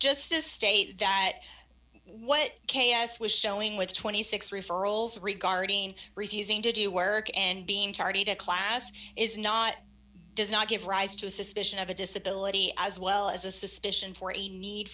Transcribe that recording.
just to state that what k s was showing with twenty six referrals regarding refusing to do work and being tardy to class is not does not give rise to a suspicion of a disability as well as a suspicion for a need